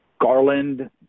Garland